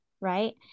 right